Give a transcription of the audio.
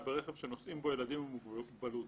ברכב שנוסעים בו ילדים עם מוגבלות,